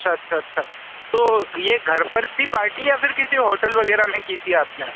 अच्छा अच्छा अच्छा तो यह घर पर थी पार्टी या किसी होटल वगैरह में की थी आपने